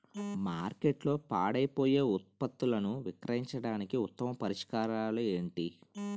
మార్కెట్లో పాడైపోయే ఉత్పత్తులను విక్రయించడానికి ఉత్తమ పరిష్కారాలు ఏంటి?